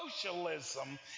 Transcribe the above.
socialism